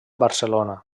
barcelona